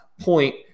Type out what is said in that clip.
point